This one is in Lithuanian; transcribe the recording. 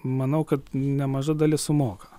manau kad nemaža dalis sumoka